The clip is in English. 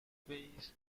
weighs